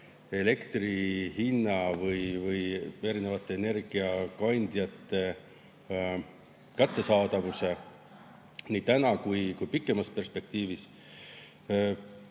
elektrihinna ja erinevate energiakandjate kättesaadavuse nii täna kui ka pikemas perspektiivis?